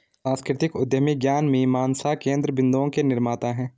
सांस्कृतिक उद्यमी ज्ञान मीमांसा केन्द्र बिन्दुओं के निर्माता हैं